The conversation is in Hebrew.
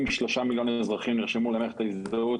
אם 3 מיליון אזרחים נרשמו למערכת ההזדהות